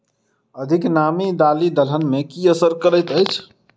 अधिक नामी दालि दलहन मे की असर करैत अछि?